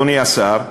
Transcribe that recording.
אדוני השר,